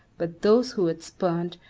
but those who had spurned,